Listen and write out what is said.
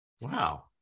Wow